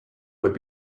would